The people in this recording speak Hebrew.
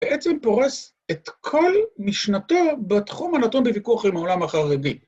‫בעצם פורס את כל משנתו ‫בתחום הנתון בוויכוח עם העולם החדי.